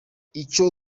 icyo